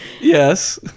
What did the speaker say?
Yes